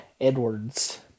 Edwards